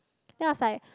then I was like